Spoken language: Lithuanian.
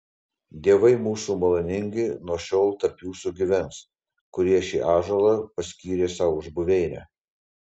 dievai mūsų maloningi nuo šiol tarp jūsų gyvens kurie šį ąžuolą paskyrė sau už buveinę